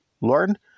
Lord